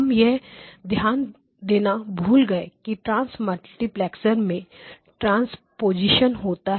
हम यह ध्यान देना भूल गए कि ट्रांस मल्टीप्लैक्सर में ट्रांसपोजीशन होता है